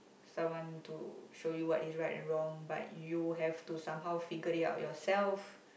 someone to show you what is right and wrong but you have to somehow figure it out yourself